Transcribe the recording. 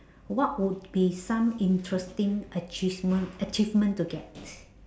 what would be some interesting achievement achievement to get